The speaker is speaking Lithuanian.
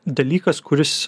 dalykas kuris